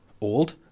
old